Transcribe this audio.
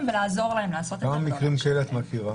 ולעזור להם לעשות את --- כמה מקרים כאלה את מכירה